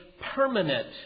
permanent